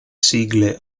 sigle